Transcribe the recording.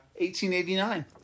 1889